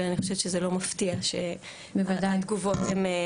ואני חושבת שזה לא מפתיע שהתגובות הם -- בוודאי,